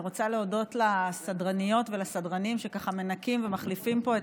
אני רוצה להודות לסדרניות ולסדרנים שככה מנקים ומחליפים פה,